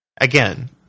Again